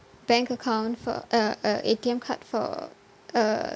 bank account for uh uh A_T_M card for a